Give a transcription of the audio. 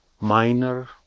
minor